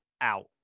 out